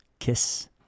kiss